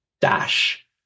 dash